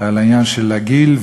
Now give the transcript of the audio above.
על העניין של הגיל.